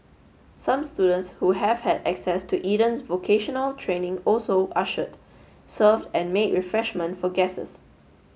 some students who have had access to Eden's vocational training also ushered served and made refreshments for guests